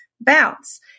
bounce